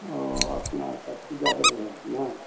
ओ अपना सबसे ज़्यादा बड़ा है न